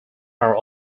are